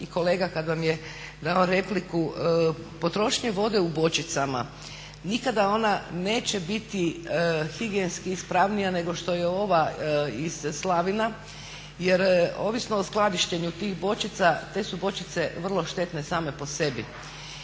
i kolega kad vam je dao repliku, potrošnje vode u bočicama nikada ona neće biti higijenski ispravnija nego što je ova iz slavina. Jer ovisno o skladištenju tih bočica te su bočice vrlo štetne same po sebi.